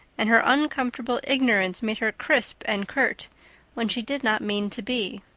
and her uncomfortable ignorance made her crisp and curt when she did not mean to be.